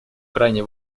крайне